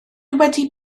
wedi